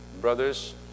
brothers